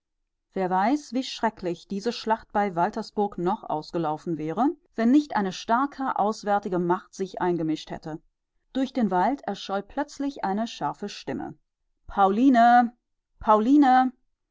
wer weiß wie schrecklich diese schlacht bei waltersburg noch ausgelaufen wäre wenn nicht eine starke auswärtige macht sich eingemischt hätte durch den wald erscholl plötzlich eine scharfe stimme pauline pauline